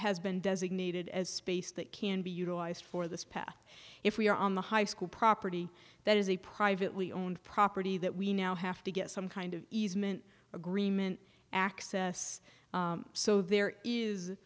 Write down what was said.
has been designated as space that can be utilized for this path if we are on the high school property that is a privately owned property that we now have to get some kind of easement agreement access so there is